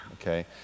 okay